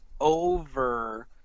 over